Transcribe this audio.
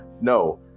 No